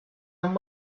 and